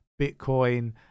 Bitcoin